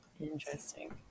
Interesting